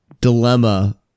dilemma